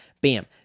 bam